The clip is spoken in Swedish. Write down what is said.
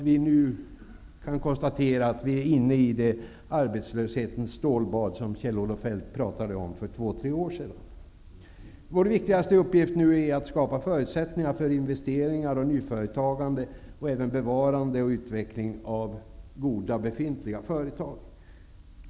Vi är nu inne i det arbetslöshetens stålbad som Kjell-Olof Feldt talade om för två, tre år sedan. Vår viktigaste uppgift nu är att skapa förutsättningar för investeringar och nyföretagande och även bevarande och utveckling av goda befintliga företag.